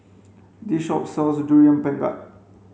this shop sells durian pengat